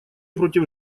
против